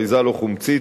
אריזה לא חומצית,